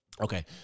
Okay